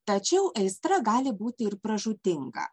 tačiau aistra gali būti ir pražūtinga